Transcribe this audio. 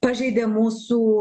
pažeidė mūsų